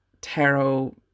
tarot